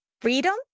freedom